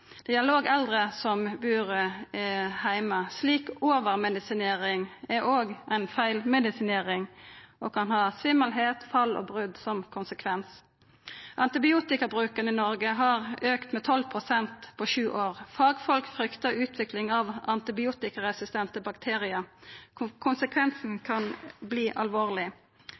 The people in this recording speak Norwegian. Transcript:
Det gjeld òg eldre som bur heime. Slik overmedisinering er òg ei feilmedisinering og kan ha svimmelheit, fall og brot som konsekvens. Antibiotikabruken i Noreg har auka med 12 pst. på sju år. Fagfolk fryktar utvikling av antibiotikaresistente bakteriar. Konsekvensen kan verta alvorleg.